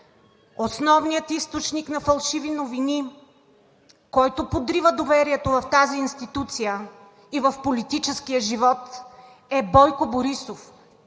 Основният източник на фалшиви новини, който подрива доверието в тази институция и в политическия живот е Бойко Борисов